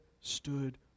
stood